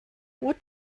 what